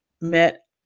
met